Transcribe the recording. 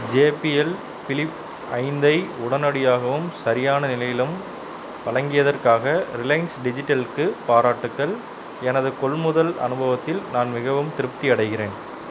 JBL flip ஐந்தை உடனடியாகவும் சரியான நிலையிலும் வழங்கியதற்காக ரிலையன்ஸ் டிஜிட்டல்க்கு பாராட்டுக்கள் எனது கொள்முதல் அனுபவத்தில் நான் மிகவும் திருப்தி அடைகிறேன்